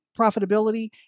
Profitability